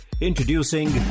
Introducing